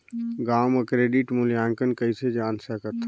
गांव म क्रेडिट मूल्यांकन कइसे जान सकथव?